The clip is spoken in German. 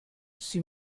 sie